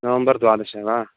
नवम्बर् द्वादशे वा